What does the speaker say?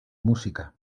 música